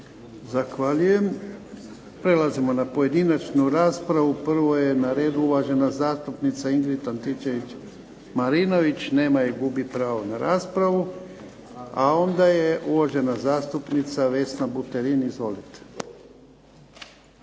Zahvaljujem. Prelazimo na pojedinačnu raspravu. Prvo je na redu uvažena zastupnica Ingrid Antičević Marinović. Nema je. Gubi pravo na raspravu. A onda je uvažena zastupnica Vesna Buterin. Izvolite.